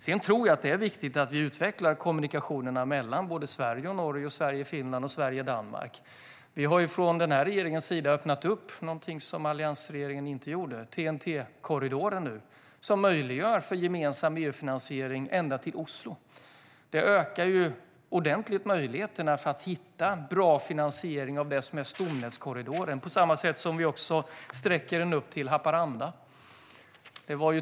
Sedan är det viktigt att utveckla kommunikationerna mellan Sverige och Norge, mellan Sverige och Finland och mellan Sverige och Danmark. Vi har från den här regeringen öppnat upp - någonting som alliansregeringen inte gjorde - för TNT-korridorer som möjliggör för gemensam EU-finansiering ända till Oslo. Det ökar ju möjligheten ordentligt att hitta bra finansiering av det som är stomnätskorridorer på samma sätt som TNT utsträcks till Haparanda.